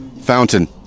Fountain